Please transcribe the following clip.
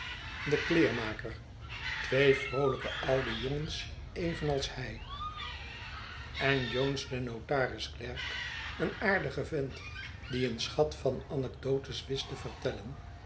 eener ker twee vroolijke oude jongens evenals hij en jones den notarisklerk een aardige vent die een schat van anekdotes wist te vertellen